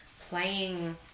playing